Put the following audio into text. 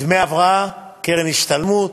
דמי הבראה, קרן השתלמות.